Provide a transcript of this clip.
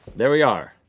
there we are.